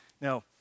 Now